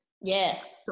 Yes